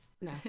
no